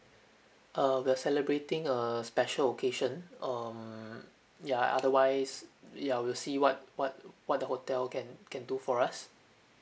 uh we're celebrating a special occasion um ya otherwise ya we'll see what what what the hotel can can do for us